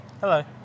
Hello